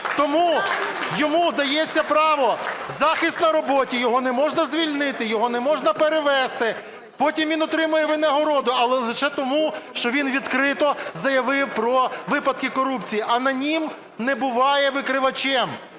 Тому йому дається право захисту на роботі: його не можна звільнити, його не можна перевести, потім він отримує винагороду, але лише тому, що він відкрито заявив про випадки корупції. Анонім не буває викривачем,